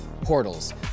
portals